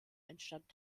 entstand